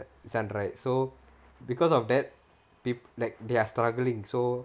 send right so because of that peo~ like they are struggling so